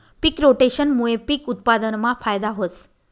पिक रोटेशनमूये पिक उत्पादनमा फायदा व्हस